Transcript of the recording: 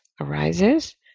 arises